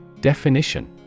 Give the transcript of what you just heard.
Definition